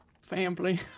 Family